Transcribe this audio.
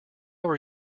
were